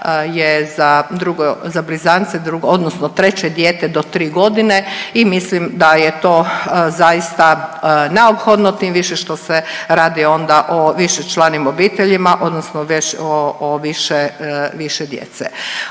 za blizance, drugo odnosno treće dijete do 3 godine i mislim da je to zaista neophodno tim više što se radi onda o višečlanim obiteljima odnosno o više, više